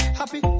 happy